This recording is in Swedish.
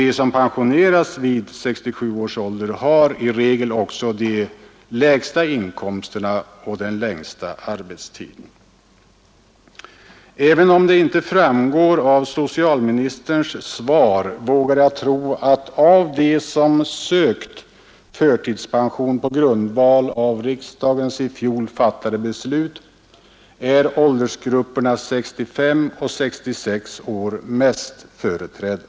De som pensioneras vid 67 års ålder har i regel dessutom de lägsta inkomsterna och den längsta arbetstiden. Även om det inte framgår av socialministerns svar vågar jag tro att av de människor som sökt förtidspension på grundval av riksdagens i fjol fattade beslut är aldersgrupperna 65 och 66 år mest företrädda.